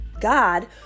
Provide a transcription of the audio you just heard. God